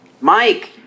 Mike